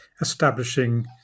establishing